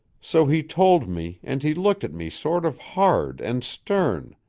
so he told me and he looked at me sort of hard and stern,